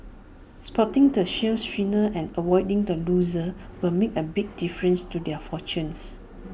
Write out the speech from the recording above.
spotting the shale winners and avoiding the losers will make an big difference to their fortunes